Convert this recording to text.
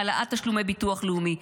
העלאת תשלומי ביטוח לאומי,